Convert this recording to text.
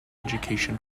education